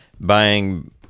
buying